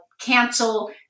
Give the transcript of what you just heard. cancel